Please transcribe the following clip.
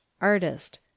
Artist